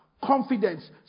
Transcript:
confidence